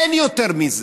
אין יותר מזה.